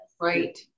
right